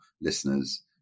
listeners